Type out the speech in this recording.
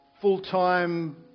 full-time